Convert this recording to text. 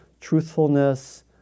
truthfulness